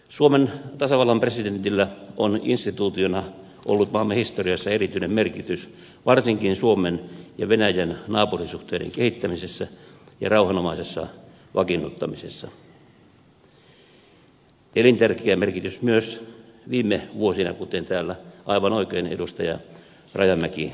suomen tasavallan presidentillä on instituutiona ollut maamme historiassa erityinen merkitys varsinkin suomen ja venäjän naapurisuhteiden kehittämisessä ja rauhanomaisessa vakiinnuttamisessa elintärkeä merkitys myös viime vuosina kuten täällä aivan oikein edustaja rajamäki totesi